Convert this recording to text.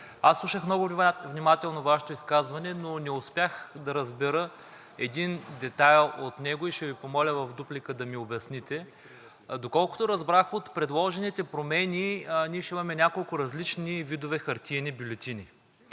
аз слушах много внимателно Вашето изказване, но не успях да разбера един детайл от него и ще Ви помоля в дуплика да ми обясните. Доколкото разбрах от предложените промени, ние ще имаме няколко различни вида хартиени бюлетини.